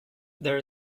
there